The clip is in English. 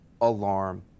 alarm